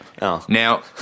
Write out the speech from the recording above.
Now